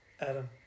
Adam